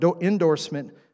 endorsement